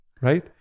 Right